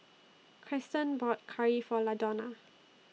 Krysten bought Curry For Ladonna